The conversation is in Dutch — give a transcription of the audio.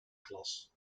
klas